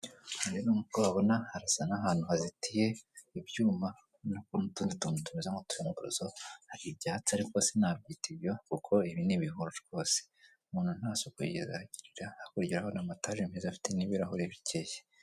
Aha nkuko uhabona harasa nk'ahantu hazitiye ibyuma n'utundi tuntu tumeza nk'utuyunguruzo hari ibyatsi ariko sinabyita ibyo kuko ibi ni ibihuru rwose. Uyu muntu ntasuku yigeze ahagirira, hakurya urahabona amataje meza afite n'ibirahure bikeya.